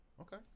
Okay